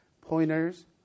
pointers